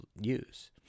use